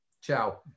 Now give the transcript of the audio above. Ciao